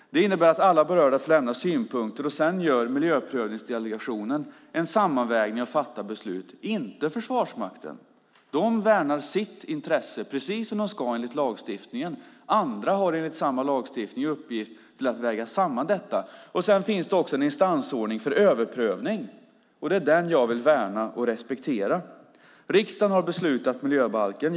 Det innebär att alla berörda får lämna synpunkter. Sedan gör miljöprövningsdelegationen en sammanvägning och fattar beslut. Det gör inte Försvarsmakten. Den värnar sitt intresse, precis som den ska enligt lagstiftningen. Andra har enligt samma lagstiftning att väga samman detta. Det finns också en instansordning för överprövning. Det är den jag vill värna och respektera. Riksdagen har beslutat om miljöbalken.